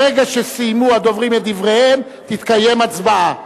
ברגע שסיימו הדוברים את דבריהם תתקיים הצבעה.